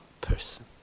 person